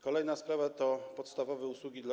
Kolejna sprawa to podstawowe usługi dla